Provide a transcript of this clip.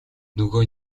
нөгөө